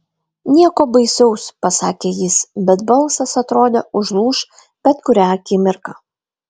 nieko baisaus pasakė jis bet balsas atrodė užlūš bet kurią akimirką